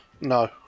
No